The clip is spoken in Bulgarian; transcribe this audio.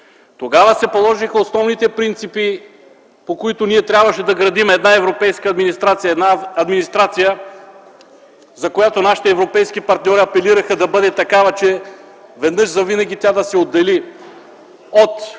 Тогава се положиха основните принципи, по които ние трябваше да градим една европейска администрация, една администрация, за която нашите европейски партньори апелираха да бъде такава, че веднъж завинаги да се отдели от